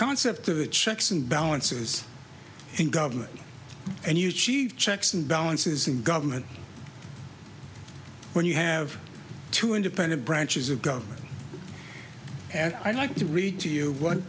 concept of the checks and balances in government and you chief checks and balances in government when you have two independent branches of government and i like to read to you what